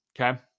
okay